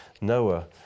Noah